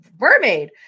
mermaid